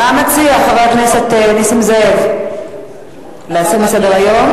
מה מציע חבר הכנסת נסים זאב, להסיר מסדר-היום?